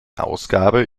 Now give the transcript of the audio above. ausgabe